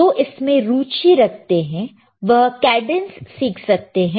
जो इसमें रुचि रखते हैं वह कैडेंस सीख सकते हैं